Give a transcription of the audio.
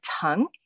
tongue